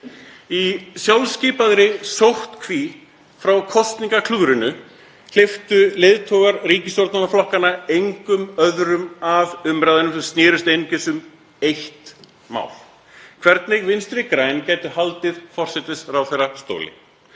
Í sjálfskipaðri sóttkví frá kosningaklúðrinu hleyptu leiðtogar ríkisstjórnarflokkanna engum öðrum að umræðunum sem snerust einungis um eitt mál, hvernig Vinstri græn gætu haldið forsætisráðherrastóli.